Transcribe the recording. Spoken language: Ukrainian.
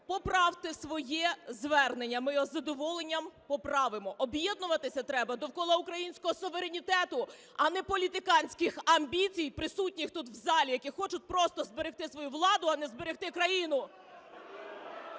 Поправте своє звернення, ми його з задоволенням поправимо. Об'єднуватися треба довкола українського суверенітету, а не політиканських амбіцій, присутніх тут в залі, які хочуть просто зберегти свою владу, а не зберегти країну!